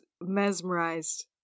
mesmerized